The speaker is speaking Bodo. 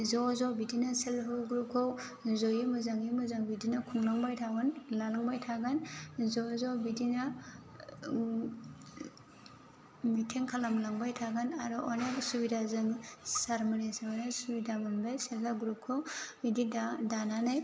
ज' ज' बिदिनो सेल्प हेल्प ग्रुपखौ जयै मोजाङै मोजां बिदिनो खुंलांबाय थागोन लालांबाय थागोन ज' ज' बिदिनो मेथें खालाम लांबाय थागोन आरो अनेक सुबिदा जों सारमोनसिमबो सुबिदा मोनबाय सेल्प हेल्प ग्रुपखौ बिदि दा दानानै